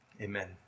Amen